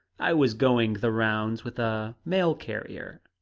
i was going the rounds with a mail-carrier.